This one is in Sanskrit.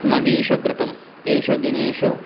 नदीषु कृतम् एषु दिनेषु